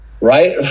right